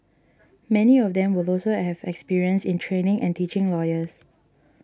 many of them will also have experience in training and teaching lawyers